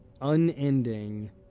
unending